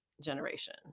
generation